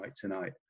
tonight